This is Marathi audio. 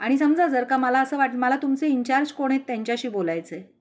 आणि समजा जर का मला असं वाट मला तुमचे इनचार्ज कोण आहेत त्यांच्याशी बोलायचं आहे